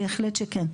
בהחלט שכן.